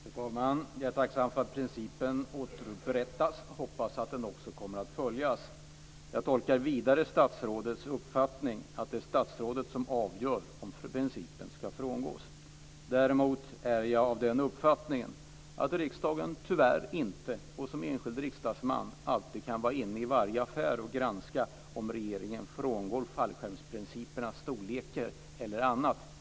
Fru talman! Jag är tacksam för att principen återupprättats, och jag hoppas att den också kommer att följas. Jag tolkar vidare statsrådets uppfattning så att det är statsrådet som avgör om principen ska frångås. Däremot är jag av den uppfattningen att riksdagen och den enskilde riksdagsmannen tyvärr inte alltid kan vara inne i varje affär och granska om regeringen frångår fallskärmsprincipernas storlekar eller något annat.